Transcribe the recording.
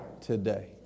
today